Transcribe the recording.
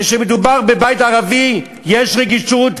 כשמדובר בבית ערבי יש רגישות,